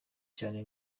cyane